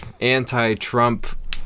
anti-Trump